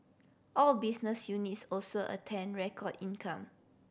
all business units also attained record income